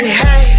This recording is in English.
hey